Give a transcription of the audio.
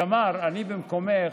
תמר, במקומך,